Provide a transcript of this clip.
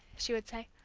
she would say.